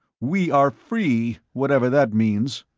we are free, whatever that means.